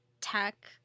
Tech